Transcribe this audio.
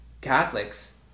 Catholics